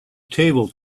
table